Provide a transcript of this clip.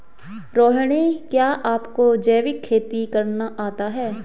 रोहिणी, क्या आपको जैविक खेती करना आता है?